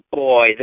Boy